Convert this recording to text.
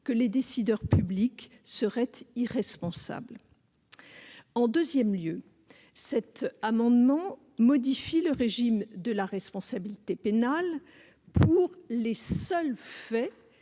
que les décideurs publics seraient irresponsables. En deuxième lieu, la commission entend modifier le régime de la responsabilité pénale pour les seuls faits